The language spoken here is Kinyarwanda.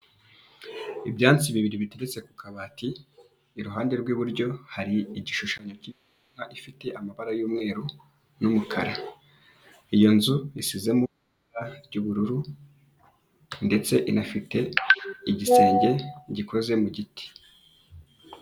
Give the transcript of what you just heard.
Ibyansi bibiri biteretse ku kabati, iruhande rw'iburyo hari igishushanyo k'inka ifite amabara y'umweru n'umukara, iyo nzu isizemo ry'ubururu ndetse inafite igisenge gikoze mu giti.